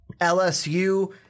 LSU